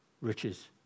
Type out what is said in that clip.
riches